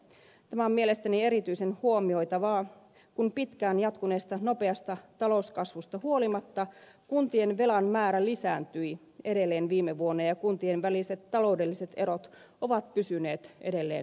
tämä on mielestäni erityisen huomioitavaa kun pitkään jatkuneesta nopeasta talouskasvusta huolimatta kuntien velan määrä lisääntyi edelleen viime vuonna ja kuntien väliset taloudelliset erot ovat pysyneet edelleen suurina